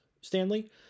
Stanley